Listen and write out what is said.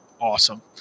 awesome